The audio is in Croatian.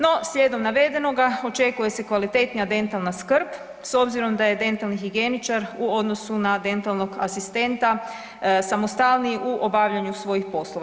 No, slijedom navedenoga očekuje se kvalitetnija dentalna skrb s obzirom da je dentalni higijeničar u odnosu na dentalnog asistenta samostalniji u obavljanju svojih poslova.